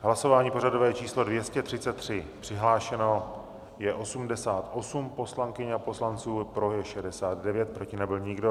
Hlasování pořadové číslo 233, přihlášeno je 88 poslankyň a poslanců, pro je 69, proti nebyl nikdo.